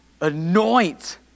anoint